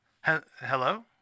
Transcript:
Hello